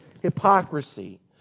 hypocrisy